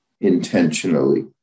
intentionally